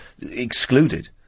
Excluded